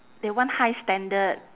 they want high standard